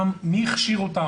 מי הכשיר אותם?